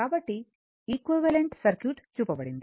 కాబట్టి equivalent circuit చూపబడింది